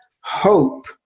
hope